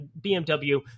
BMW